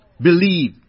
believe